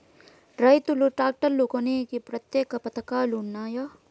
రైతులు ట్రాక్టర్లు కొనేకి ప్రత్యేక పథకాలు ఉన్నాయా?